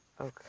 Okay